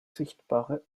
sichtbare